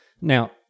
Now